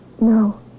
No